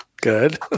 Good